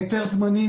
רישיון,